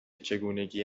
چگونگی